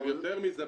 וגם יותר מזה,